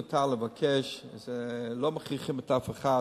מותר לבקש, לא מכריחים אף אחד.